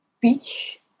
beach